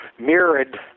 mirrored